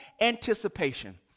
anticipation